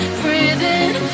breathing